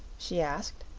she asked.